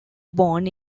born